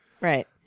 Right